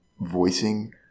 voicing